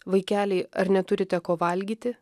vaikeliai ar neturite ko valgyti